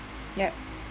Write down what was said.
ya